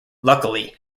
luckily